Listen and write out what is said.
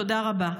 תודה רבה.